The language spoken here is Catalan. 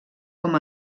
com